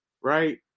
right